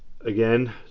again